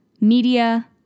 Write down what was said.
Media